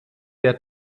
der